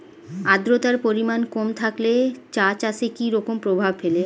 আদ্রতার পরিমাণ কম থাকলে চা চাষে কি রকম প্রভাব ফেলে?